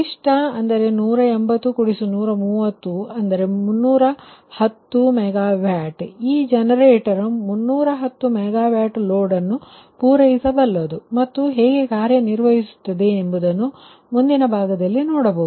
ಆದ್ದರಿಂದ ಗರಿಷ್ಠ 180 130ಅಂದರೆ 310 MW ಆದ್ದರಿಂದ ಈ ಜನರೇಟರ್ 310 MW ಲೋಡ್ ಅನ್ನು ಪೂರೈಸಬಲ್ಲದು ಮತ್ತು ಇದು ಹೇಗೆ ಕಾರ್ಯನಿರ್ವಹಿಸುತ್ತದೆ ಎಂಬುದನ್ನು ಮುಂದಿನ ಭಾಗದಲ್ಲಿ ನೋಡಬಹುದು